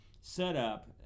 setup